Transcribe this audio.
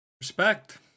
respect